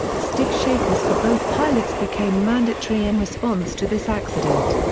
stick shakers for both pilots became mandatory in response to this accident.